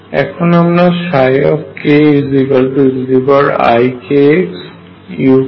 এখন আমরা এর keikxuk সমাধানটিকে লিখতে চাই